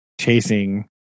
chasing